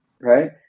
right